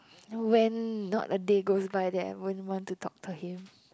when not a day goes by that I won't want to talk to him